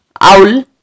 Owl